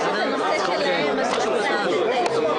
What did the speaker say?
אני מתכבד לפתוח את הדיון.